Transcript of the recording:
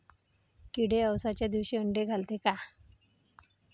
किडे अवसच्या दिवशी आंडे घालते का?